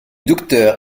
docteur